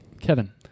Kevin